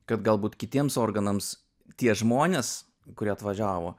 kad galbūt kitiems organams tie žmonės kurie atvažiavo